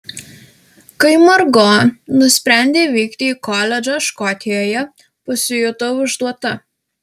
kai margo nusprendė vykti į koledžą škotijoje pasijutau išduota